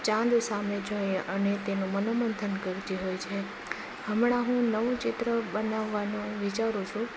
ચાંદ સામે જોઈ અને તેનો મનોમંથન કરતી હોય છે હમણાં હું નવું ચિત્ર બનાવવાનું વિચારું છું